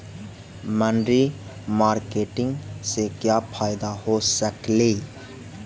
मनरी मारकेटिग से क्या फायदा हो सकेली?